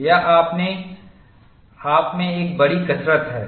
यह अपने आप में एक बड़ी कसरत है